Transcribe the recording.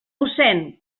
mossén